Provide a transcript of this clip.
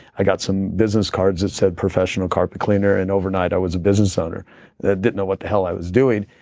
i got some business cards that said professional carpet cleaner, and overnight, i was a business owner that didn't know what the hell was doing.